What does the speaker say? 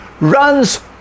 runs